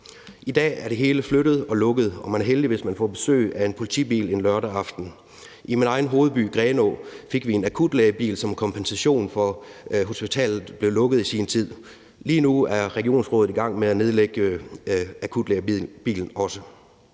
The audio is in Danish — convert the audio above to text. I dag er det hele flyttet og lukket, og man er heldig, hvis man får besøg af en politibil en lørdag aften. I min egen hovedby, Grenaa, fik vi en akutlægebil som kompensation for, at hospitalet blev lukket i sin tid. Lige nu er regionsrådet i gang med at nedlægge akutlægebilen også